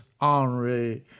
Henri